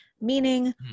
meaning